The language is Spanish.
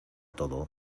todo